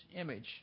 image